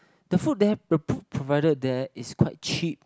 the food there the food provided there is quite cheap